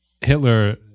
hitler